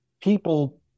people